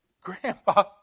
Grandpa